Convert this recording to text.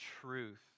truth